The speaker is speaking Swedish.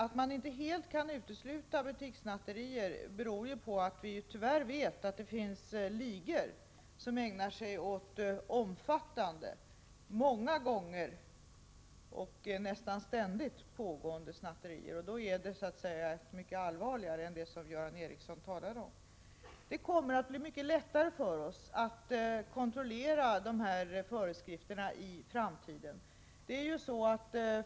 Att man inte helt kan utesluta butikssnatterier beror på att det tyvärr finns ligor som ägnar sig åt omfattande, upprepade och nästan ständigt pågående snatterier, och det är mycket allvarligare än de snatterier som Göran Ericsson talade om. Det kommer i framtiden att bli mycket lättare för oss att kontrollera att föreskrifterna följs.